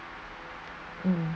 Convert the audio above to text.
um